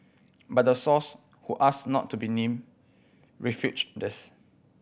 but the source who asked not to be named refuted this